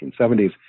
1970s